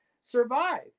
survive